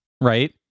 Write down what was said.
right